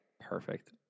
Perfect